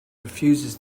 refuses